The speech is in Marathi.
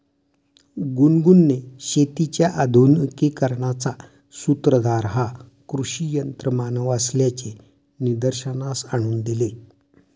गुनगुनने शेतीच्या आधुनिकीकरणाचा सूत्रधार हा कृषी यंत्रमानव असल्याचे निदर्शनास आणून दिले